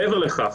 מעבר לכך,